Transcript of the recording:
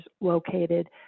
located